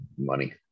money